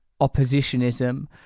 oppositionism